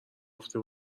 گفته